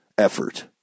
Effort